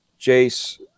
Jace